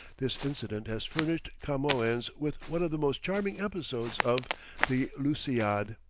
this incident has furnished camoens with one of the most charming episodes of the lusiad.